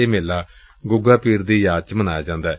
ਇਹ ਮੇਲਾ ਗੁੱਗਾ ਪੀਰ ਦੀ ਯਾਦ ਚ ਮਨਾਇਆ ਜਾਂਦੈ